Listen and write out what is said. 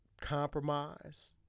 compromise